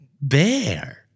bear